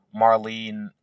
Marlene